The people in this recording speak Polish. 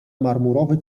marmurowy